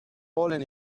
fallen